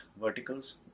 verticals